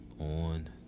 On